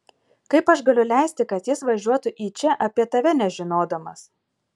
kaip aš galiu leisti kad jis važiuotų į čia apie tave nežinodamas